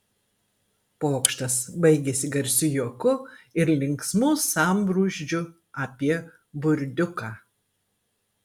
pokštas baigėsi garsiu juoku ir linksmu sambrūzdžiu apie burdiuką